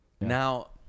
Now